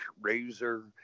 Razor